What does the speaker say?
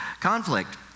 conflict